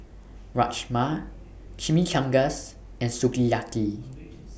Rajma Chimichangas and Sukiyaki